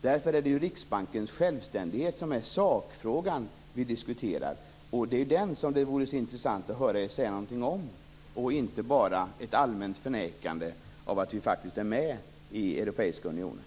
Därför är det ju Riksbankens självständighet som är sakfrågan som vi diskuterar, och det är den som det vore så intressant att höra er säga någonting om och inte bara ett allmänt förnekande av att vi faktiskt är med i Europeiska unionen.